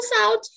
out